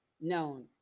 known